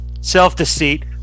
Self-deceit